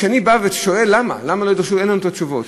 כשאני בא ושואל למה, אומרים, אין לנו את התשובות.